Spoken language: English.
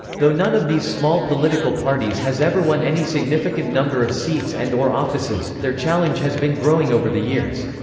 though none of these small political parties has ever won any significant number of seats and or offices, their challenge has been growing over the years.